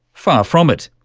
far from it.